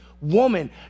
woman